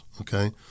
okay